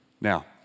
Now